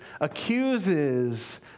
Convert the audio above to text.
accuses